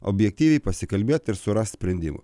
objektyviai pasikalbėt ir surast sprendimą